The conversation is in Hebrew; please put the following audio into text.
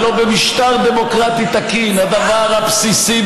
הלוא במשטר דמוקרטי תקין הדבר הבסיסי